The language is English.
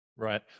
Right